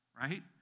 right